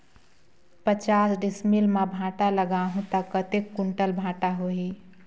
पचास डिसमिल मां भांटा लगाहूं ता कतेक कुंटल भांटा होही?